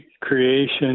creation